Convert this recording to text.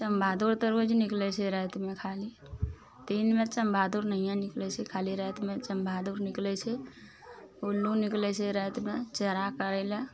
चमबहादुर तऽ रोज निकलय छै रातिमे खाली दिनमे चमबहादुर नहिये निकलय छै खाली रातिमे चमबहादुर निकलय छै उल्लू निकलय छै रातिमे चेरा करय लए